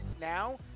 Now